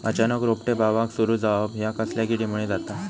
अचानक रोपटे बावाक सुरू जवाप हया कसल्या किडीमुळे जाता?